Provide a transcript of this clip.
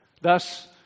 Thus